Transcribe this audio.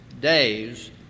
days